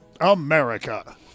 America